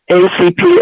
acp